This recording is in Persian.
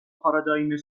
پارادایم